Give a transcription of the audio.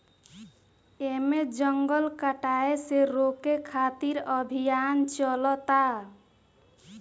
एमे जंगल कटाये से रोके खातिर अभियान चलता